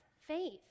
faith